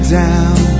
down